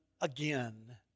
again